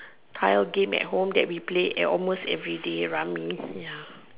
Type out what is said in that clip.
tile game at home that we play at home almost everyday rummy ya